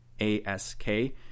A-S-K